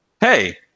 Hey